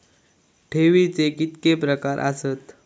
ठेवीचे कितके प्रकार आसत?